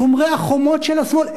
שומרי החומות של השמאל,